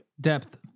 depth